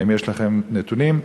האם יש לכם נתונים?